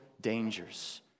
dangers